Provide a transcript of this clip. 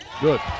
Good